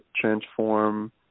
transform